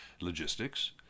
logistics